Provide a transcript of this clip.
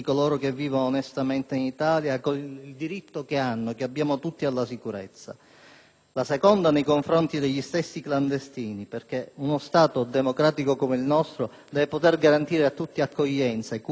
la seconda nei confronti degli stessi clandestini, perché uno Stato democratico come il nostro deve poter garantire a tutti accoglienza, cure e assistenza nel rispetto dei diritti umani ma anche, e soprattutto, delle leggi vigenti.